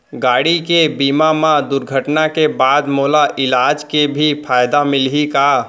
गाड़ी के बीमा मा दुर्घटना के बाद मोला इलाज के भी फायदा मिलही का?